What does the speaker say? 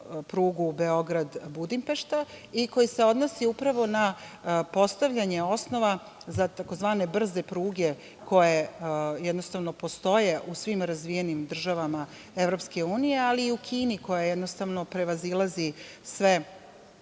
prugu Beograd-Budimpešta i koji se odnosi upravo na postavljanje osnova za tzv. brze pruge koje postoje u svim razvijenim državama EU, ali i u Kini koja jednostavno prevazilazi sve